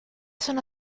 sono